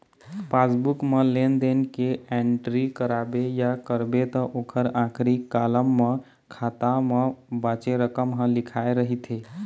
passbook म लेन देन के एंटरी कराबे या करबे त ओखर आखरी कालम म खाता म बाचे रकम ह लिखाए रहिथे